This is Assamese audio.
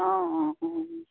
অঁ অঁঁ